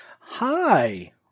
hi